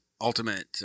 Ultimate